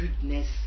goodness